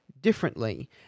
differently